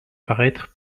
paraître